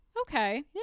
okay